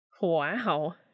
Wow